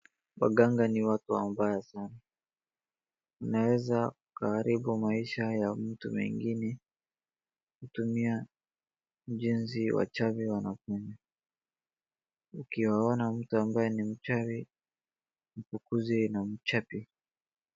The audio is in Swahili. Waganga ni watu wabaya sana. Unaeza ukaharibu maisha ya mtu mengine kutumia ujunzi wachawi wanafanya. Ukiwaona mtu ambaye ni wachawi, mfukuze yeye na umchape.